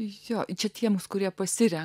jo čia tiems kurie pasirenka